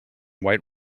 white